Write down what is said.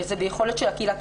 וזה ביכולת של הקהילה,